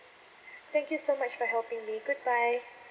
thank you so much for helping me goodbye